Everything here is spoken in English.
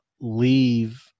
leave